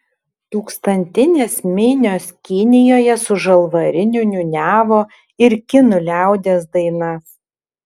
tūkstantinės minios kinijoje su žalvariniu niūniavo ir kinų liaudies dainas